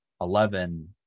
eleven